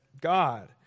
God